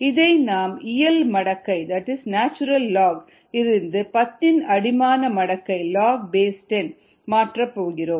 இதை நாம் இயல் மடக்கையில் இருந்து 10 ன் அடிமான மடக்கையாக மாற்றப் போகிறோம்